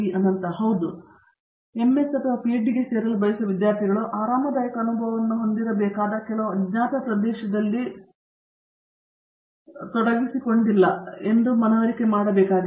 ಅನಂತ ಸುಬ್ರಹ್ಮಣ್ಯನ್ ಹೌದು ಎಂಎಸ್ ಮತ್ತು PhD ಗೆ ಸೇರಲು ಬಯಸುವ ವಿದ್ಯಾರ್ಥಿಗಳು ಅವರು ಆರಾಮದಾಯಕ ಅನುಭವವನ್ನು ಹೊಂದಿರಬೇಕಾದ ಕೆಲವು ಅಜ್ಞಾತ ಪ್ರದೇಶದಲ್ಲಿ ತೊಡಗಿಸಿಕೊಂಡಿಲ್ಲ ಎಂದು ಮನವರಿಕೆ ಮಾಡಬೇಕಾಗಿದೆ